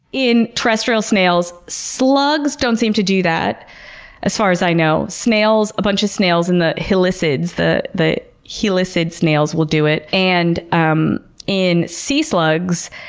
in terrestrial snails, slugs don't seem to do that as far as i know. a bunch of snails in the helicids, the the helicid snails will do it, and um in sea slugs,